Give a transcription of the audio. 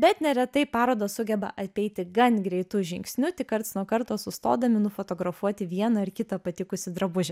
bet neretai parodos sugeba apeiti gan greitu žingsniu tik karts nuo karto sustodami nufotografuoti vieną ar kitą patikusį drabužį